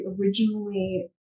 originally